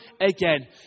again